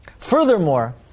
Furthermore